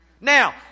Now